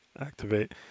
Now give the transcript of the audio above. activate